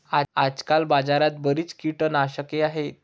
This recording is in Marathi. आजकाल बाजारात बरीच कीटकनाशके आहेत